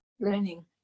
learning